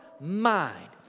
mind